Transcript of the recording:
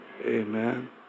Amen